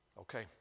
Okay